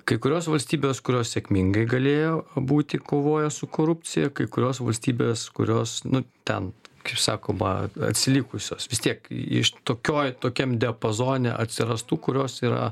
kai kurios valstybės kurios sėkmingai galėjo būti kovoja su korupcija kai kurios valstybės kurios nu ten kaip sakoma atsilikusios vis tiek iš tokioj tokiam diapazone atsirastų kurios yra